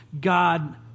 God